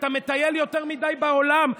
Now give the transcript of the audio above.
אתה מטייל יותר מדי בעולם,